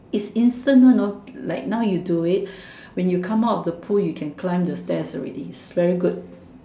it's instant one know like now you do it when you come out of the pool you can climb the stairs already it's very good